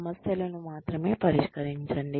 సమస్యలను మాత్రమే పరిష్కరించండి